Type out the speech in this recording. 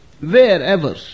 Wherever